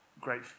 great